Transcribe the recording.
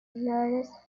nearest